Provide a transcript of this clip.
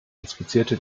inspizierte